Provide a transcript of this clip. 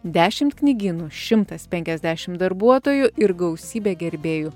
dešimt knygynų šimtas penkiasdešim darbuotojų ir gausybė gerbėjų